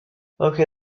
okay